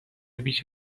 بیش